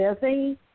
busy